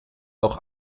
auch